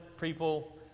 people